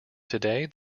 today